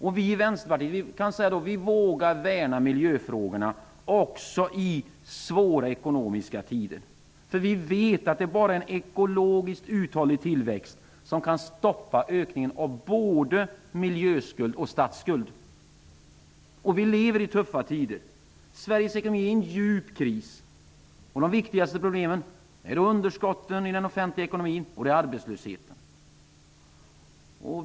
Vi i Vänsterpartiet vågar värna miljöfrågorna också i ekonomiskt svåra tider. Vi vet att det bara är en ekologiskt uthållig tillväxt som kan stoppa ökningen av både miljöskuld och statsskuld. Vi lever i tuffa tider. Sveriges ekonomi är inne i en djup kris. De viktigaste problemen är underskotten i den offentliga ekonomin och arbetslösheten.